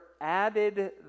added